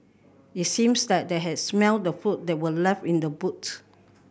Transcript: it seems that they has smelt the food that were left in the boots